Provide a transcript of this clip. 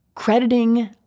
crediting